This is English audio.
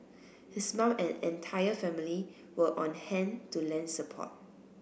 his mum and entire family were on hand to lend support